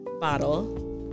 bottle